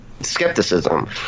skepticism